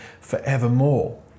forevermore